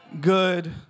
Good